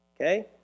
Okay